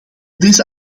deze